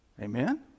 Amen